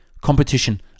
competition